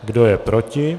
Kdo je proti?